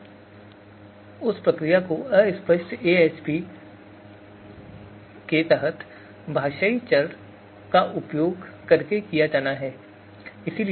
अब उस प्रक्रिया को अस्पष्ट एएचपी के तहत भाषाई चर का उपयोग करके किया जाना है